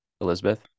Elizabeth